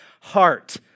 heart